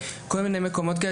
כל מיני מקומות כאלה,